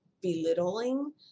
belittling